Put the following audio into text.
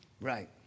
Right